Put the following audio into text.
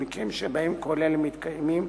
במקרים שבהם כל אלה מתקיימים,